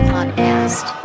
Podcast